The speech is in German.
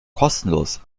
kostenlos